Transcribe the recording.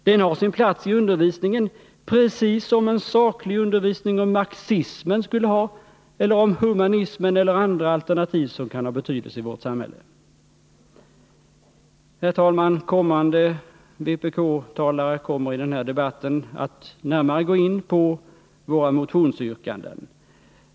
Den har sin plats i undervisningen, precis som en saklig undervisning om marxismen skulle ha eller humanismen eller andra alternativ, som kan ha betydelse i vårt samhälle. Herr talman! Kommande vpk-talare kommer i den här debatten att närmare gå in på våra motionsyrkanden.